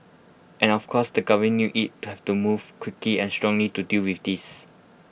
and of course the govern knew IT had to move quickly and strongly to deal with this